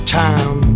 time